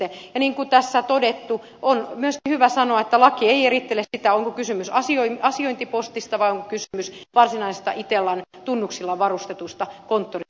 niin kuin tässä on todettu on myöskin hyvä sanoa että laki ei erittele sitä onko kysymys asiointipostista vai onko kysymys varsinaisesta itellan tunnuksella varustetusta konttorista